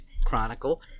Chronicle